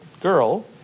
girl